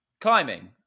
climbing